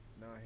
no